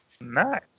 Nice